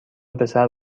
پسر